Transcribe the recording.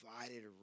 divided